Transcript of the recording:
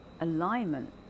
alignment